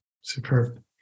Superb